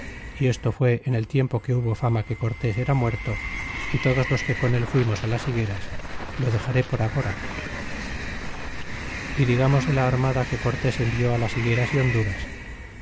y esto fué en el tiempo que hubo fama que cortés era muerto y todos los que con él fuimos las higueras lo dexaré por agora y digamos de la armada que cortés envió las higueras y honduras